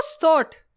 thought